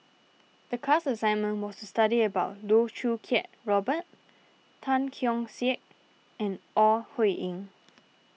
the class assignment was to study about Loh Choo Kiat Robert Tan Keong Saik and Ore Huiying